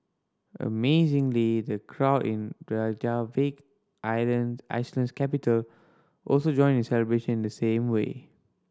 amazingly the crowd in Reykjavik island Iceland's capital also joined in the celebration the same way